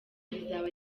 bizaba